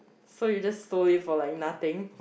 so you just stole it for like nothing